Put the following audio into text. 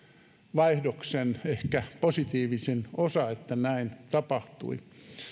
vaihdoksen ehkä positiivisin osa että näin tapahtui